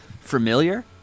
familiar